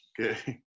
Okay